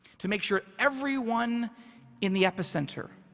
to make sure everyone in the epicenter,